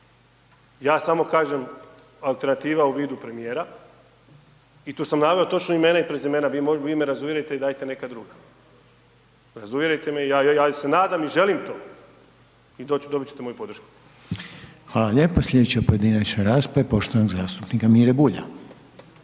Ja samo kažem alternativa u vidu premijera i tu sam naveo točno imena i prezimena, vi me razuvjerite i dajte neka druga. Razuvjerite me, ja se nadam i želim to i dobit ćete moju podršku. **Reiner, Željko (HDZ)** Hvala lijepo. Slijedeća pojedinačna rasprava je poštovanog zastupnika Mira Bulja.